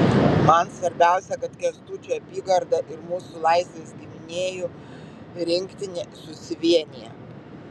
man svarbiausia kad kęstučio apygarda ir mūsų laisvės gynėjų rinktinė susivienija